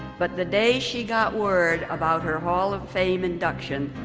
but the day she got word about her hall of fame induction.